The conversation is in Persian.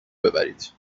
ببرید